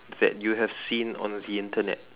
that you have seen on the Internet